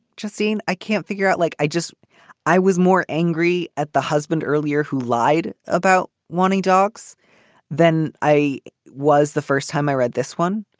justine, i can't figure out like i just i was more angry at the husband earlier who lied about wanting dogs than i was the first time i read this one.